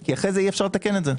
כי אחר כך אי-אפשר לתקן את זה.